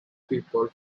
people